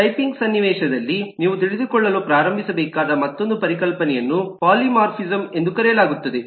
typing ಸನ್ನಿವೇಶದಲ್ಲಿ ನೀವು ತಿಳಿದುಕೊಳ್ಳಲು ಪ್ರಾರಂಭಿಸಬೇಕಾದ ಮತ್ತೊಂದು ಪರಿಕಲ್ಪನೆಯನ್ನು ಪಾಲಿಮಾರ್ಫಿಸಂ ಎಂದು ಕರೆಯಲಾಗುತ್ತದೆ